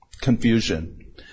confusion